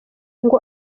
ngo